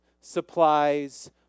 supplies